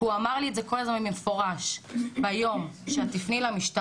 כי הוא אמר לי את זה כל הזמן במפורש 'ביום שאת תפני למשטרה,